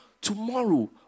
Tomorrow